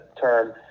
term